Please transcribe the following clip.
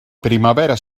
primavera